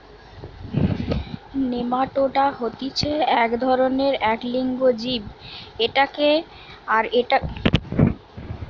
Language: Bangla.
নেমাটোডা হতিছে এক ধরণেরএক লিঙ্গ জীব আর এটাকে মারার জন্য নেমাটিসাইড ইউস করতিছে